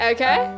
Okay